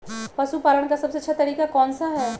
पशु पालन का सबसे अच्छा तरीका कौन सा हैँ?